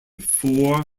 four